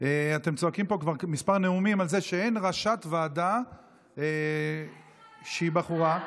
אתם צועקים פה כבר כמה נאומים על זה שאין ראשת ועדה שהיא בחורה,